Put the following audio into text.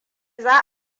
za